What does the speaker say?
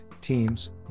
Teams